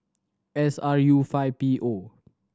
S R U five P O